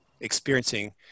experiencing